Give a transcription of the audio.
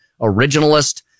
originalist